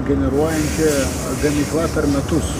generuojanti gamykla per metus